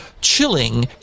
chilling